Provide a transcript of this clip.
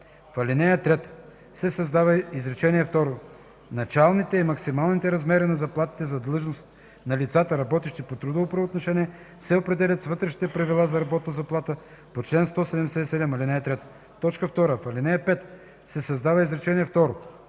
В ал. 3 се създава изречение второ: „Началните и максималните размери на заплатите за длъжност на лицата, работещи по трудово правоотношение, се определят с вътрешните правила за работната заплата по чл. 177, ал. 3”. 2. В ал. 5 се създава изречение